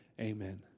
Amen